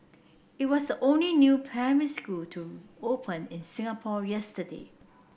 it was the only new primary school to open in Singapore yesterday